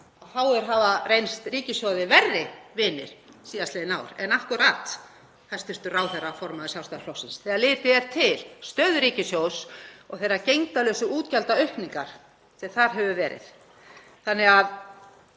fáir hafa reynst ríkissjóði verri vinir síðastliðin ár en akkúrat hæstv. ráðherra, formaður Sjálfstæðisflokksins, þegar litið er til stöðu ríkissjóðs og þeirrar gegndarlausu útgjaldaaukningar sem þar hefur verið.